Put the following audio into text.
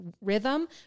rhythm